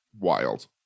wild